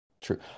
True